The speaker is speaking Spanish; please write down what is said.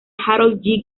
harold